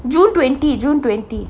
june twenty june twenty